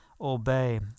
obey